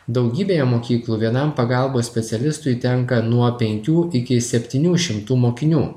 daugybėje mokyklų vienam pagalbos specialistui tenka nuo penkių iki septynių šimtų mokinių